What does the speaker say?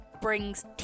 brings